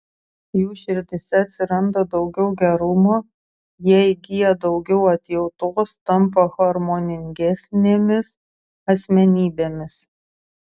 jų širdyse atsiranda daugiau gerumo jie įgyja daugiau atjautos tampa harmoningesnėmis asmenybėmis